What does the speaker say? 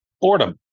boredom